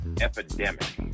epidemic